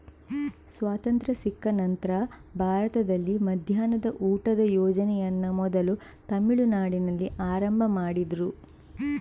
ಸ್ವಾತಂತ್ರ್ಯ ಸಿಕ್ಕ ನಂತ್ರ ಭಾರತದಲ್ಲಿ ಮಧ್ಯಾಹ್ನದ ಊಟದ ಯೋಜನೆಯನ್ನ ಮೊದಲು ತಮಿಳುನಾಡಿನಲ್ಲಿ ಆರಂಭ ಮಾಡಿದ್ರು